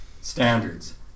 standards